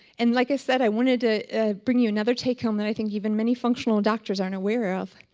and, like i said, i wanted to bring you another take home that i think even many functional doctors aren't aware of,